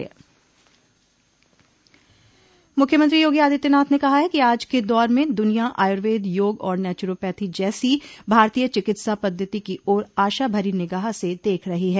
मुख्यमंत्री योगी आदित्यनाथ ने कहा है कि आज के दौर में दुनिया आयुर्वेद योग और नेचुरोपैथी जैसी भारतीय चिकित्सा पद्वति की ओर आशा भरी निगाह से देख रही है